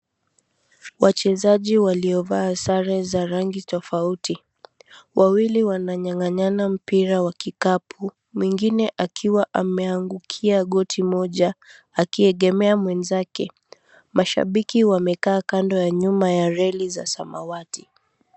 Wachezaji waliovaa sare za rangi tofauti. Wawili wananyang'anyana mpira wa kikapu, mwingine akiwa ameangukia goti moja akiegemea mwenzake. Mashabiki wamekaa kando ya nyuma ya reli za samawati.